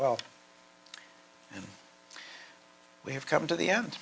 well and we have come to the end